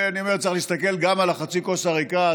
ואני אומר: צריך להסתכל גם על חצי הכוס הריקה,